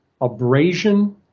abrasion